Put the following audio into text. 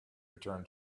return